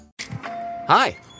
Hi